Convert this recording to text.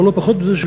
אבל עוד פחות מזה,